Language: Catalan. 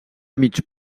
mig